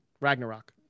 Ragnarok